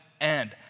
end